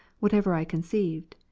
whatever i conceived.